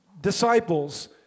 disciples